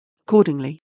Accordingly